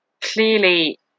clearly